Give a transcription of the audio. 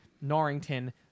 Norrington